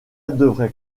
devrait